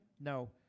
No